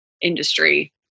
industry